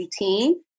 routine